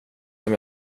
som